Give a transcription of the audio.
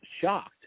shocked